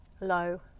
low